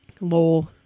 LOL